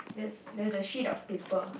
that's there's a sheet of paper